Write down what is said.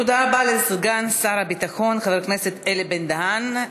תודה רבה לסגן שר הביטחון, חבר הכנסת אלי בן-דהן.